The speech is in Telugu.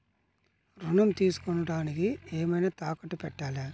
ఋణం తీసుకొనుటానికి ఏమైనా తాకట్టు పెట్టాలా?